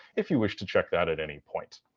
if you wish to check that at any point.